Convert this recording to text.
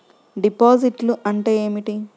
డిపాజిట్లు అంటే ఏమిటి?